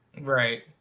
Right